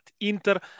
Inter